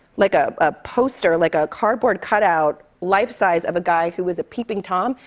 like, a a poster, like, a cardboard cutout, life-size of a guy who was a peeping tom.